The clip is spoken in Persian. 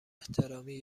احترامی